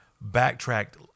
backtracked